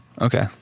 okay